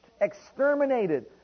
exterminated